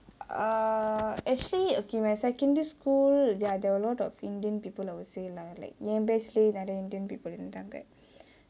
err actually okay my secondary school there are there were a lot of indian people obviously lah like என்:en batch லே நிறையா:lae neraiye indian people இருந்தாங்கே:irunthangae